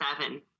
seven